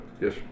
Yes